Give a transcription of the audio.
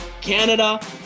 Canada